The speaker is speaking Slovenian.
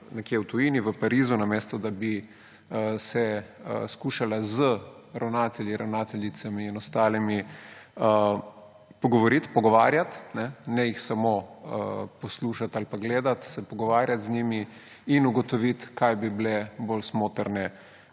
nekje v tujini, v Parizu, namesto da bi se skušala z ravnatelji, ravnateljicami in ostalimi pogovoriti, pogovarjati, ne jih samo poslušati ali pa gledati, se pogovarjati z njimi in ugotoviti, kaj bi bile bolj smotrne